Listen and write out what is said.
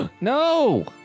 No